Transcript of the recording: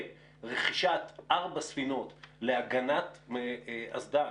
ורכישת ארבע ספינות להגנת אסדה,